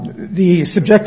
the subject